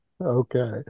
Okay